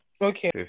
Okay